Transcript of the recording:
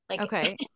Okay